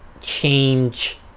change